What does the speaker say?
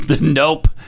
Nope